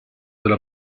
della